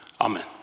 Amen